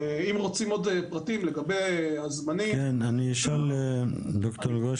אם רוצים עוד פרטים לגבי הזמנים אני אשאל שאלה.